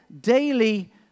daily